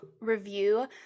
review